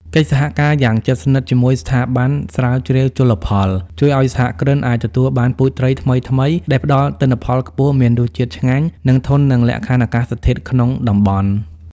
កិច្ចសហការយ៉ាងជិតស្និទ្ធជាមួយស្ថាប័នស្រាវជ្រាវជលផល ជួយឱ្យសហគ្រិនអាចទទួលបានពូជត្រីថ្មីៗដែលផ្ដល់ទិន្នផលខ្ពស់ មានរសជាតិឆ្ងាញ់ និងធន់នឹងលក្ខខណ្ឌអាកាសធាតុក្នុងតំបន់។